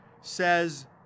says